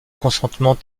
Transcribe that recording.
consentement